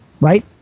right